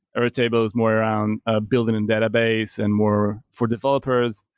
airtable is more around ah building in database and more for developers.